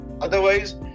Otherwise